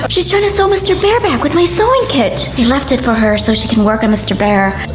but she's trying to sew mister bear back with my sewing kit. i and left it for her so she can work on mister bear.